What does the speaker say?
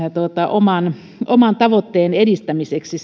oman oman tavoitteen edistämiseksi